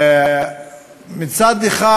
מצד אחד,